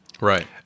Right